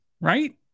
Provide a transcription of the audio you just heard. right